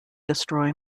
destroy